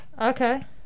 Okay